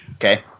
Okay